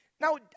Now